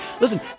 Listen